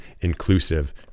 inclusive